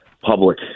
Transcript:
public